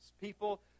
people